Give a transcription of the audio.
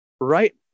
Right